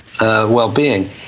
well-being